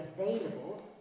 available